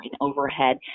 overhead